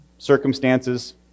circumstances